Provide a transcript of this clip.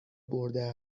برده